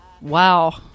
Wow